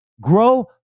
grow